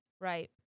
Right